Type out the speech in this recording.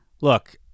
look